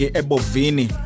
ebovini